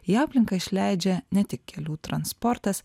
į aplinką išleidžia ne tik kelių transportas